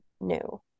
new